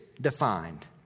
defined